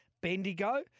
Bendigo